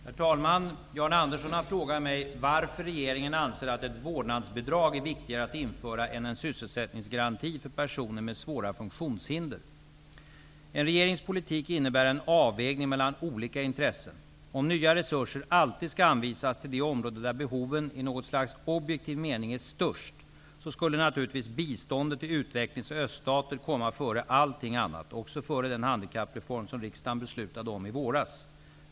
Herr talman! Jan Andersson har frågat mig varför regeringen anser att ett vårdnadsbidrag är viktigare att införa än en sysselsättningsgaranti för personer med svåra funktionshinder. En regerings politik innebär en avvägning mellan olika intressen. Om nya resurser alltid skall anvisas till det område där behoven i något slags objektiv mening är störst skulle naturligtvis biståndet till uvecklings och öststater komma före allting annat, också före den handikappreform som riksdagen beslutade om i våras.